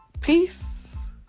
Peace